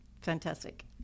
Fantastic